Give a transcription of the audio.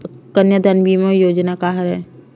कन्यादान बीमा योजना का हरय?